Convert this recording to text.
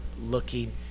looking